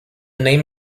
name